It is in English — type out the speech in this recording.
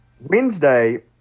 Wednesday